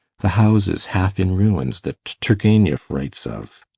the houses half in ruins that turgenieff writes of.